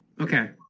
Okay